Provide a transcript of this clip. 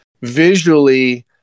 visually